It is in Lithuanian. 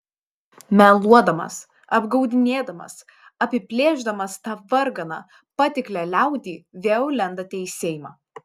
meluodamas apgaudinėdamas apiplėšdamas tą varganą patiklią liaudį vėl lendate į seimą